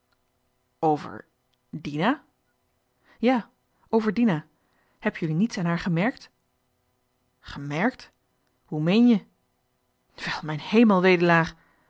dina ja over dina heb jullie niets aan haar gemerkt gemerkt hoe meen je wel mijn hemel wedelaar